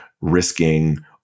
risking